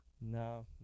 No